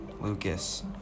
Lucas